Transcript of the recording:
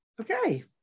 Okay